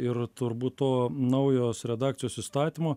ir turbūt to naujos redakcijos įstatymo